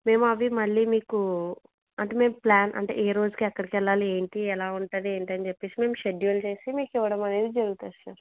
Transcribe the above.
మేమవి మళ్ళీ మీకు అంటే మీ ప్లాన్ అంటే ఏ రోజుకి ఎక్కడికి వెళ్ళాలి ఏంటి ఎలా ఉంటుంది ఏంటి అని చెప్పేసి మేము షెడ్యూల్ చేసి మీకివ్వడం అనేది జరుగుతుంది సార్